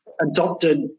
adopted